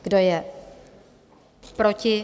Kdo je proti?